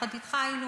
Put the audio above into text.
יחד אתך היינו,